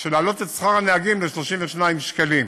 של העלאת שכר הנהגים ל-32 שקלים.